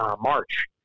March